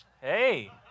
Hey